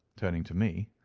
turning to me,